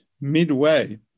midway